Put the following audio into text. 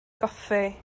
goffi